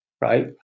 right